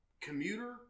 commuter